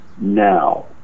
now